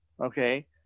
okay